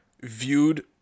viewed